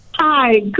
Hi